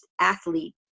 athlete